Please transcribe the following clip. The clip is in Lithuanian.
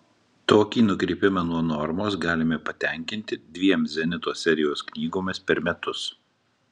tokį nukrypimą nuo normos galime patenkinti dviem zenito serijos knygomis per metus